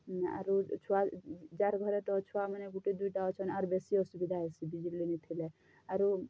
ଆରୁ ଛୁଆ ଯାର୍ ଘରେ ତ ଛୁଆମାନେ ଗୁଟେ ଦୁଇଟା ଅଛନ୍ ଆରୁ ବେଶୀ ଅସୁବିଧା ହେସି ବିଜୁଳି ନିଥିଲେ ଆରୁ